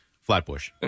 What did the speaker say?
flatbush